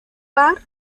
park